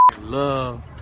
love